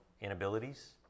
inabilities